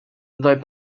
though